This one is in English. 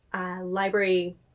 library